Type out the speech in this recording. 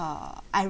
uh I